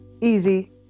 easy